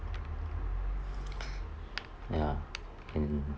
ya and